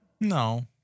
no